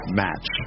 match